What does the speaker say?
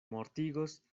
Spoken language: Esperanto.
mortigos